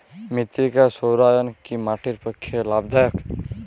মৃত্তিকা সৌরায়ন কি মাটির পক্ষে লাভদায়ক?